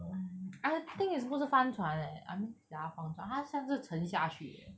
um I think is 不是帆船 eh I mean ya 帆船他像是沉下去 eh